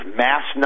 mass